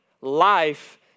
Life